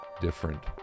different